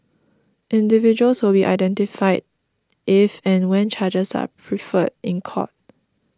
individuals will be identified if and when charges are preferred in court